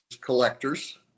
collectors